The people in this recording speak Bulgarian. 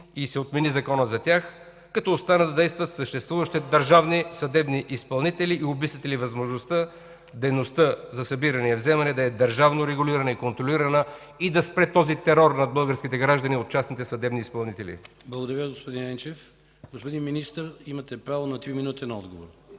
и отмени законът за тях, като останат да действат съществуващите държавни съдебни изпълнители? Обмисляте ли възможността дейността за събиране на вземания да е държавно регулирана и контролирана и да спре този терор над българските граждани от частните съдебни изпълнители? ПРЕДСЕДАТЕЛ КИРИЛ ЦОЧЕВ: Благодаря, господин Енчев. Господин Министър, имате право на 3-минутен отговор.